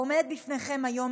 העומדת בפניכם היום,